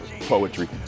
poetry